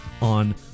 on